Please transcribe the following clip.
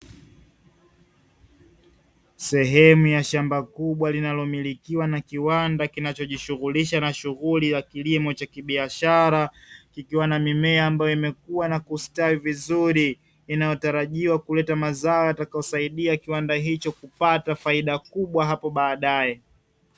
Sehemu ya shamba kubwa linalomilikiwa na kiwanda kinachojishughulisha na shughuli ya kilimo cha kibiashara kikiwa na mimea ambayo imekua na kustawi vizuri, inayotarajiwa kuleta mazao yatakayosaidia kiwanda hicho kupata faida kubwa hapo baadaye.